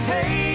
Hey